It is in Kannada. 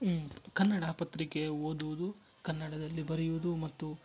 ಹ್ಞೂ ಕನ್ನಡ ಪತ್ರಿಕೆ ಓದುವುದು ಕನ್ನಡದಲ್ಲಿ ಬರೆಯುವುದು ಮತ್ತು